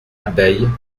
abeille